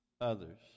others